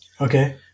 Okay